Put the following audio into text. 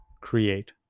create